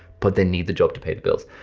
but they need the job to pay the bills.